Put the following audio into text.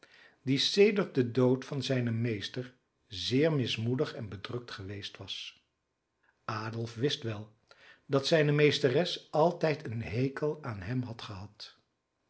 die sedert den dood van zijnen meester zeer mismoedig en bedrukt geweest was adolf wist wel dat zijne meesteres altijd een hekel aan hem had gehad